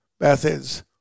methods